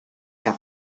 que